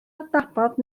adnabod